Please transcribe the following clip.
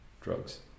drugs